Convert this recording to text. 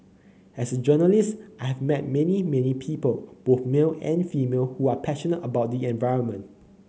as a journalist I have met many many people both male and female who are passionate about the environment